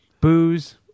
booze